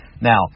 Now